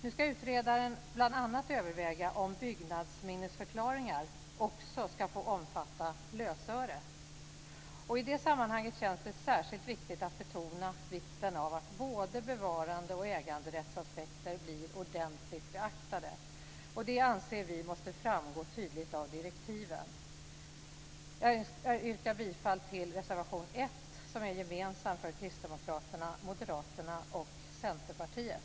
Utredaren ska nu bl.a. överväga om byggnadsminnesförklaringar också ska få omfatta lösöre. I det sammanhanget känns det särskilt viktigt att betona vikten av att både bevarande och äganderättsaspekter blir ordentligt beaktade. Det anser vi måste framgå tydligt av direktiven. Jag yrkar bifall till reservation 1, som är gemensam för Kristdemokraterna, Moderaterna och Centerpartiet.